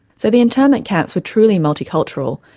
so the internment camps were truly multicultural,